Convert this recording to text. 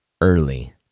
early